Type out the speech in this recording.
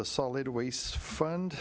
the solid waste fund